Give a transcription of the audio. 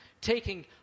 taking